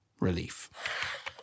relief